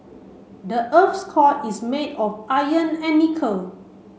the earth's core is made of iron and nickel